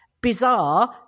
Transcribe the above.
bizarre